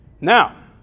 Now